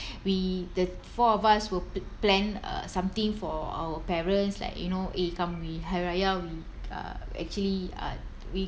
we the four of us will plan uh something for our parents like you know eh come we hari raya we uh actually uh we